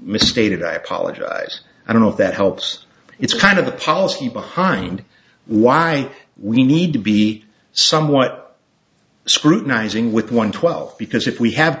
misstated i apologize i don't know if that helps it's kind of the policy behind why we need to be somewhat scrutinizing with one twelve because if we have